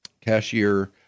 cashier